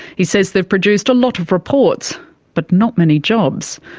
he says they've produced a lot of reports but not many jobs.